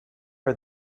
are